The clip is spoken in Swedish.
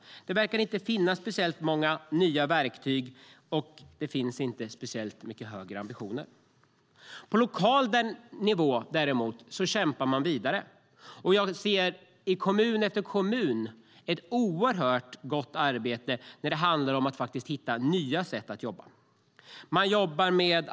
Det verkar inte finnas särskilt många nya verktyg, och ambitionerna är som sagt låga. På lokal nivå däremot kämpar man vidare. Jag ser i kommun efter kommun hur man arbetar med att hitta nya sätt att jobba på.